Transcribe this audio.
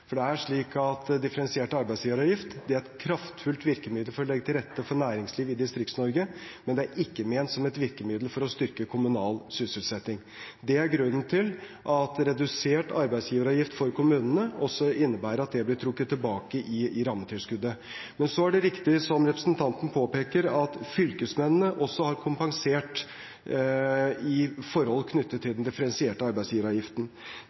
2007. Det er slik at differensiert arbeidsgiveravgift er et kraftfullt virkemiddel for å legge til rette for næringsliv i Distrikts-Norge, men det er ikke ment som et virkemiddel for å styrke kommunal sysselsetting. Det er grunnen til at redusert arbeidsgiveravgift for kommunene også innebærer at det blir trukket tilbake i rammetilskuddet. Men så er det riktig, som representanten påpeker, at fylkesmennene også har kompensert i forhold knyttet til den differensierte arbeidsgiveravgiften.